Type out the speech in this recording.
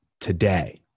today